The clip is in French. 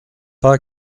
pas